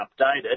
updated